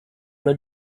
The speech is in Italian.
una